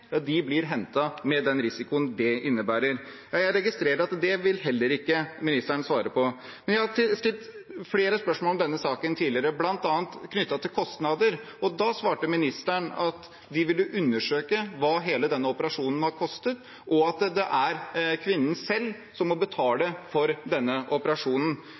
blir hentet, med den risikoen det innebærer. Jeg registrerer at det vil heller ikke ministeren svare på. Jeg har stilt flere spørsmål om denne saken tidligere, bl.a. om kostnader, og da svarte ministeren at de ville undersøke hva hele denne operasjonen har kostet, at det er kvinnen selv som måtte betale for denne operasjonen,